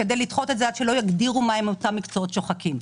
לדחות את זה עד שיגדירו מה הם אותם מקצועות שוחקים.